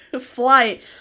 Flight